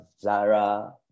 Zara